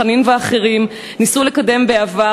חנין ואחרים ניסו לקדם בעבר.